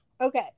Okay